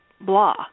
blah